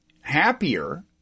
happier